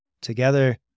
Together